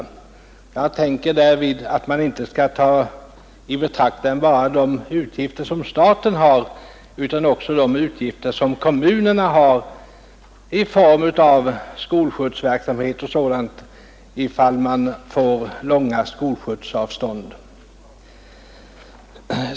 Jag anser därvid att man inte skall ta i betraktande bara de utgifter som staten har utan också de utgifter som kommunerna har i form av skolskjutsverksamhet och sådant, ifall man får långa skolskjutsavstånd.